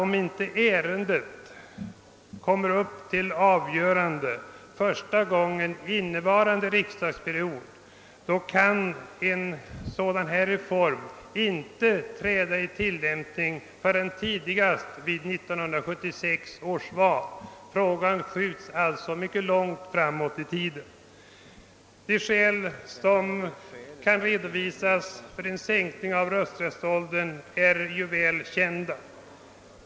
Om inte ärendet kommer upp till behandling första gången under innevarande mandatperiod kan reformen inte träda i kraft förrän tidigast vid 1976 års val. Frågan skjuts alltså då mycket långt framåt i tiden. De skäl som kan redovisas för en sänkning av rösträttsåldern är väl kän da.